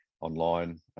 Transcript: online